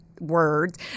words